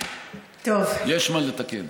יש מה לתקן.